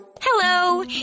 Hello